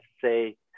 say